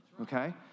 Okay